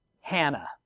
Hannah